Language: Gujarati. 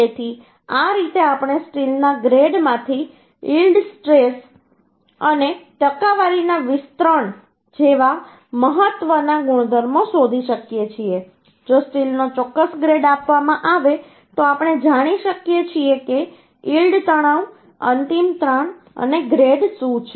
તેથી આ રીતે આપણે સ્ટીલના ગ્રેડમાંથી yield stress yield stress yield તણાવ અલ્ટીમેટ સ્ટ્રેસ અંતિમ તણાવ અને ટકાવારીના વિસ્તરણ જેવા મહત્વના ગુણધર્મો શોધી શકીએ છીએ જો સ્ટીલનો ચોક્કસ ગ્રેડ આપવામાં આવે તો આપણે જાણી શકીએ છીએ કે યીલ્ડ તણાવ અંતિમ તાણ અને ગ્રેડ શું છે